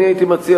אני הייתי מציע,